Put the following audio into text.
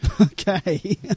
okay